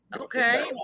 okay